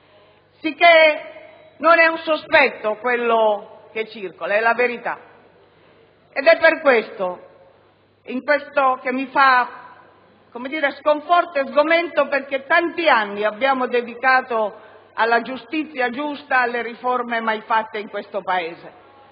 Sicché non è un sospetto quello che circola, è la verità. Ed è per questo che mi ispira sconforto e sgomento, perché tanti anni abbiamo dedicato alla giustizia giusta, alle riforme mai attuate in questo Paese.